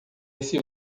esse